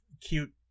cute